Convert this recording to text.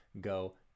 go